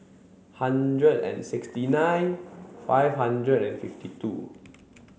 hundred and sixty nine five hundred and fifty two